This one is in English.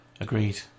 agreed